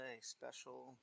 special